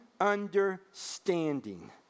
understanding